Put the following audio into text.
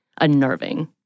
unnerving